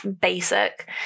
basic